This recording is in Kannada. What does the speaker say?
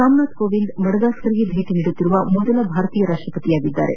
ರಾಮನಾಥ್ ಕೋವಿಂದ್ ಮಡಗಾಸ್ಕರ್ಗೆ ಭೇಟಿ ನೀಡುತ್ತಿರುವ ಮೊದಲ ಭಾರತೀಯ ರಾಷ್ಟ ಪತಿಯಾಗಿದ್ದಾರೆ